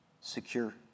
secure